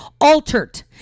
altered